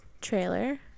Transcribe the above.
trailer